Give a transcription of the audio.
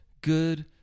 good